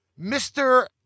Mr